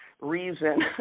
reason